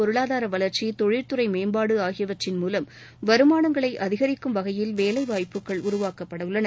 பொருளாதார வளர்ச்சி தொழில்துறை மேம்பாடு ஆகியவற்றின் மூலம் வருமானங்களை அதிகரிக்கும் வகையில் வேலைவாய்ப்புகள் உருவாக்கப்பட உள்ளன